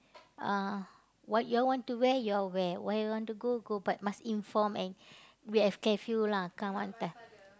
uh what you all want to wear you all wear where you all want to go go but must inform and we have curfew lah come home time